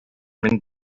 мин